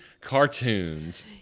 cartoons